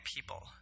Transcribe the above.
people